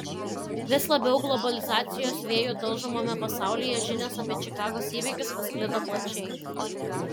vis labiau globalizacijos vėjų talžomame pasaulyje žinios apie čikagos įvykius pasklido plačiai